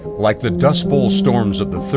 like the dust bowl storms of the thirty